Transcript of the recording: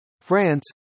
France